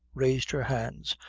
raised her hands,